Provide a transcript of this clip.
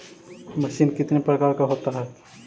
Machine कितने प्रकार का होता है?